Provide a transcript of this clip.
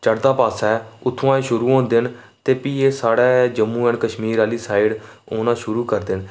चढ़दा पास्सै ऐ उत्थुआं एह् शुरू होंदे न ते फ्ही एह् साढ़ै जम्मू एंड कश्मीर आह्ली साइड औना शुरू करदे न